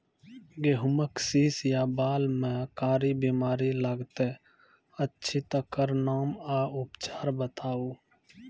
गेहूँमक शीश या बाल म कारी बीमारी लागतै अछि तकर नाम आ उपचार बताउ?